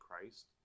Christ